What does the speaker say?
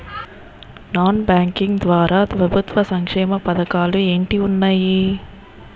Non banking ద్వారా ప్రభుత్వ సంక్షేమ పథకాలు ఏంటి ఉన్నాయి?